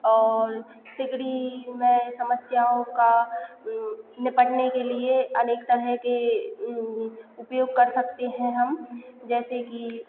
और सिगड़ी में समस्याओं का में पड़ने के लिए अनेक तरह के उंगली उपयोग कर सकते हैं हम जैसे कि